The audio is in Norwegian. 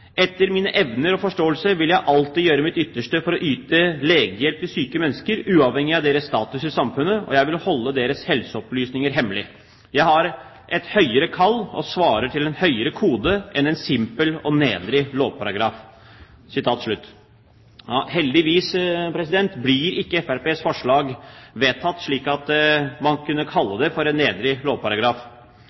Etter mine evner og forståelse vil jeg alltid gjøre mitt ytterste for å yte legehjelp til syke mennesker, uavhengig av deres status i samfunnet, og jeg vil holde deres helseopplysninger hemmelig. Jeg har et høyere kall og svarer til en høyere kode enn en simpel og nedrig lovparagraf.» Heldigvis blir ikke Fremskrittspartiets forslag vedtatt, så man slipper å kalle det for en nedrig lovparagraf.